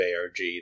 ARG